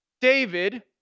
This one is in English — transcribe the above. David